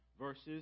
verses